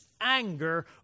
anger